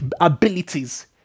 abilities